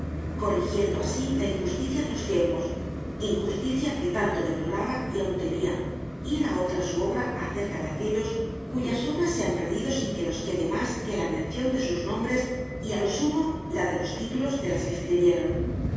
corrijiendo así la injusticia de los tiempos injusticia que tanto deploraba y aun temía y era otra su obra acerca de aquellos cuyas obras se han perdido sin que nos quede más que la mención de sus nombres y a lo sumo la de los títulos de las que escribieron